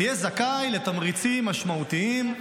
תהיה זכאי לתמריצים משמעותיים.